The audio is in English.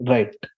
Right